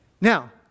Now